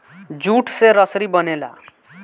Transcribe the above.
jute से रसरी बनेला